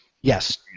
Yes